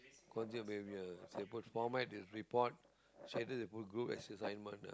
concept behaviour the format is report shaded is put as assignment ah